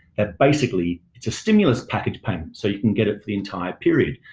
that basically it's a stimulus package payment so you can get it for the entire period.